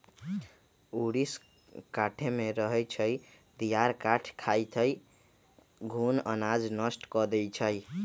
ऊरीस काठमे रहै छइ, दियार काठ खाई छइ, घुन अनाज नष्ट कऽ देइ छइ